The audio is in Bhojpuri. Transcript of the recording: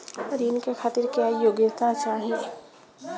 ऋण के खातिर क्या योग्यता चाहीं?